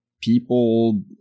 people